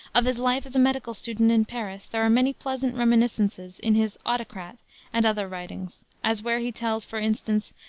of his life as a medical student in paris there are many pleasant reminiscences in his autocrat and other writings, as where he tells, for instance,